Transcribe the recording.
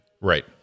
Right